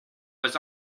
was